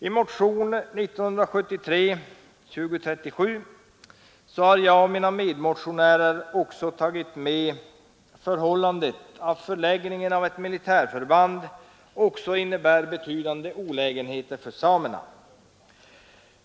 I motionen 2037 har jag och mina medmotionärer även tagit upp det förhållandet att förläggningen av ett militärt förband också innebär betydande olägenheter för samerna.